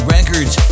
Records